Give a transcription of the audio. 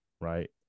right